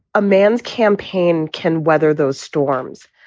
a man's campaign can weather those storms.